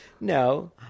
no